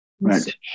Right